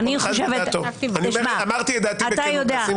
אמרתי את דעתי בכנות.